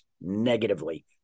negatively